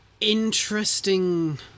interesting